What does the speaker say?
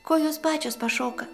kojos pačios pašoka